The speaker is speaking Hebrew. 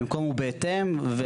"במקום" ו"בהתאם".